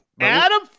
Adam